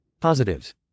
Positives